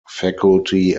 faculty